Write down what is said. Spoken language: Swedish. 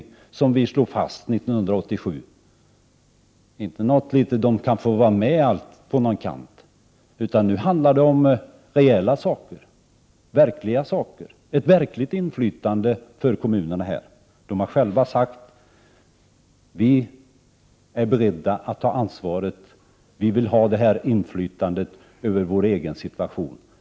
Jag talar inte om att de kan få vara med på någon kant, utan nu handlar det om ett verkligt inflytande för kommunerna. De har själva sagt att de är beredda att ta ansvaret och att de vill ha det inflytandet över sin egen situation.